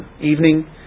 evening